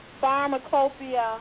pharmacopoeia